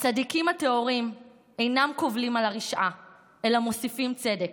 "הצדיקים הטהורים אינם קובלים על הרשעה אלא מוסיפים צדק,